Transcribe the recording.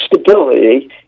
stability